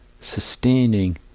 sustaining